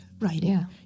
writing